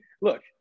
look